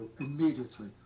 immediately